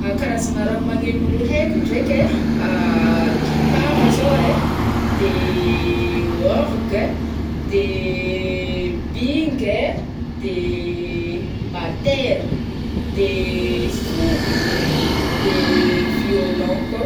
Karazagna raha maneno haiko ndraiky ai, gitara zao ai, de orgue ai, de bingy ai, de batèra, de sodigna, de viôlon kô